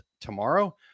tomorrow